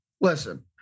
Listen